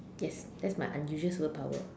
yes that's my unusual superpower